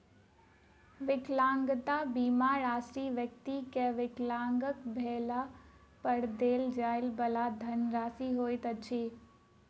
विकलांगता बीमा राशि व्यक्ति के विकलांग भेला पर देल जाइ वाला धनराशि होइत अछि